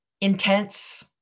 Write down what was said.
intense